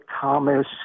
Thomas